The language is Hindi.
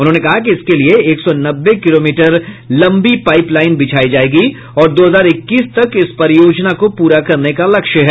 उन्होंने कहा कि इसके लिये एक सौ नब्बे किलोमीटर लंबी पाईप लाईन बिछायी जायेगी और दो हजार इक्कीस तक इस परियोजना को पूरा करने का लक्ष्य है